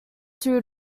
two